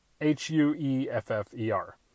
H-U-E-F-F-E-R